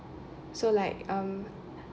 so like um